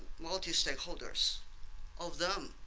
multi stakeholders of them.